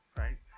right